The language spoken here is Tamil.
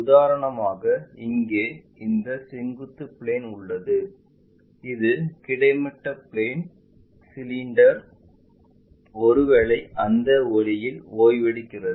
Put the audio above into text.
உதாரணமாக இங்கே இந்த செங்குத்து பிளேன் உள்ளது இது கிடைமட்ட பிளேன் மற்றும் சிலிண்டர் ஒருவேளை அந்த வழியில் ஓய்வெடுக்கிறது